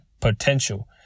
potential